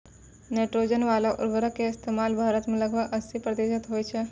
nitrogen बाला उर्वरको के इस्तेमाल भारत मे लगभग अस्सी प्रतिशत होय छै